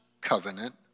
covenant